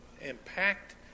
impact